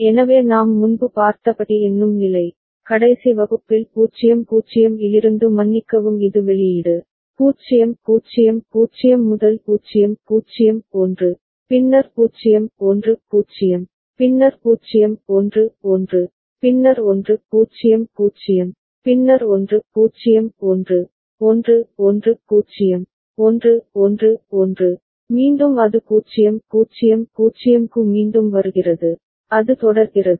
எனவே நாம் முன்பு பார்த்தபடி எண்ணும் நிலை கடைசி வகுப்பில் 0 0 இலிருந்து மன்னிக்கவும் இது வெளியீடு 0 0 0 முதல் 0 0 1 பின்னர் 0 1 0 பின்னர் 0 1 1 பின்னர் 1 0 0 பின்னர் 1 0 1 1 1 0 1 1 1 மீண்டும் அது 0 0 0 க்கு மீண்டும் வருகிறது அது தொடர்கிறது